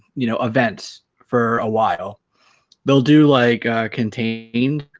you know events for a while they'll do like contained